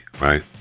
right